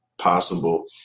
possible